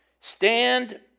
Stand